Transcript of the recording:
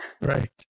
Right